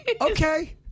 Okay